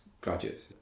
graduates